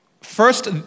first